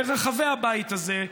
ברחבי הבית הזה,